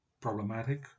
problematic